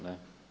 Ne?